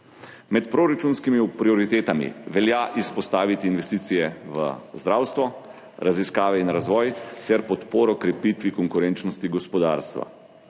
Med proračunskimi prioritetami velja izpostaviti investicije v zdravstvo, raziskave in razvoj ter podporo krepitvi konkurenčnosti gospodarstva.